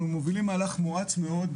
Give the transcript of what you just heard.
אנחנו מובילים מהלך מואץ מאוד,